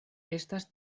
estas